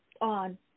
on